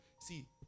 See